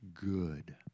good